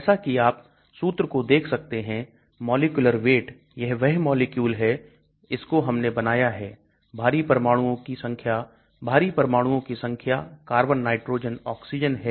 जैसा कि आप सूत्र को देख सकते हैं मॉलिक्यूलर वेट यह वह मॉलिक्यूल है इसको हमने बनाया है भारी परमाणुओं की संख्या भारी परमाणुओं की संख्या कार्बन नाइट्रोजन ऑक्सीजन है